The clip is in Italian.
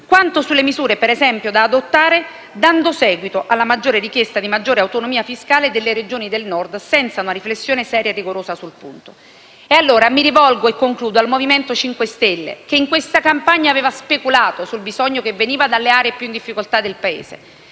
quanto sulle misure - ad esempio - da adottare dando seguito alla richiesta di maggiore autonomia fiscale delle Regioni del Nord, senza una riflessione seria e rigorosa sul punto. E allora mi rivolgo al MoVimento 5 Stelle, che in questa campagna ha speculato sul bisogno che veniva dalle aree più in difficoltà del Paese,